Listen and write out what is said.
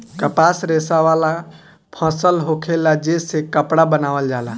कपास रेशा वाला फसल होखेला जे से कपड़ा बनावल जाला